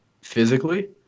physically